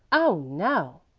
oh, no,